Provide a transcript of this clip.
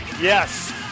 Yes